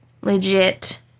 legit